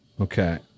Okay